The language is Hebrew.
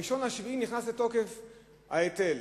ב-1 ביולי נכנס לתוקף ההיטל.